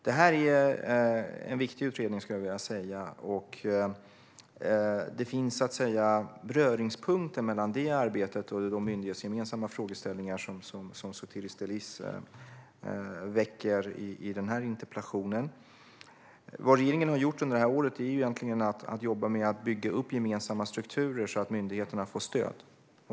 Det här är en viktig utredning, skulle jag vilja säga, och det finns beröringspunkter mellan det arbetet och de myndighetsgemensamma frågor som Sotiris Delis väcker i den här interpellationen. Vad regeringen har gjort under det här året är att jobba med att bygga upp gemensamma strukturer så att myndigheterna får stöd.